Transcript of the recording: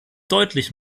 deutlich